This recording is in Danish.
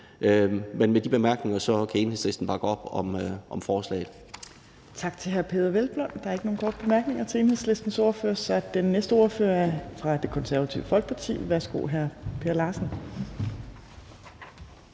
Med de bemærkninger kan Enhedslisten bakke op om forslaget. Kl. 14:30 Tredje næstformand (Trine Torp): Tak til hr. Peder Hvelplund. Der er ikke nogen korte bemærkninger til Enhedslistens ordfører, så den næste ordfører er fra Det Konservative Folkeparti. Værsgo til hr. Per Larsen.